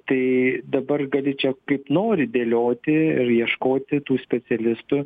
tai dabar gali čia kaip nori dėlioti ir ieškoti tų specialistų